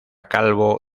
calvo